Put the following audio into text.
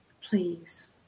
please